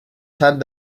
sap